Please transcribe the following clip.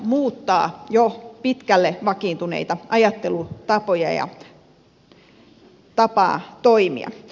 muuttaa jo pitkälle vakiintuneita ajattelutapoja ja tapaa toimia